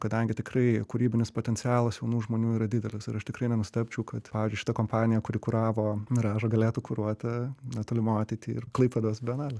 kadangi tikrai kūrybinis potencialas jaunų žmonių yra didelis ir aš tikrai nenustebčiau kad pavyzdžiui šita kompanija kuri kuravo miražą galėtų kuruoti netolimoj ateity ir klaipėdos bienalę